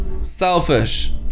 Selfish